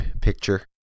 picture